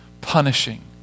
punishing